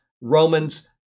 Romans